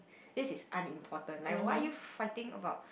this is unimportant like why are you fighting about